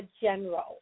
general